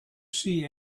see